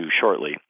shortly